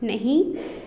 नहीं